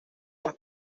más